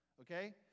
okay